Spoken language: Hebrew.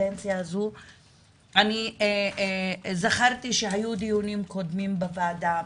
אני זכרתי שהיו דיונים קודמים בוועדה.